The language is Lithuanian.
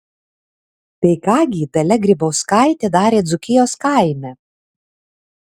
tai ką gi dalia grybauskaitė darė dzūkijos kaime